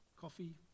coffee